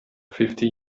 fifty